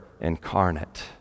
incarnate